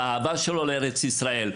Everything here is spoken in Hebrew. ובאהבה שלו לארץ ישראל.